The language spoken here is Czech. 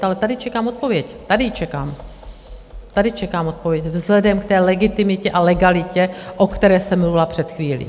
Ale tady čekám odpověď, tady ji čekám, tady čekám odpověď vzhledem k té legitimitě a legalitě, o které jsem mluvila před chvílí.